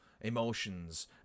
emotions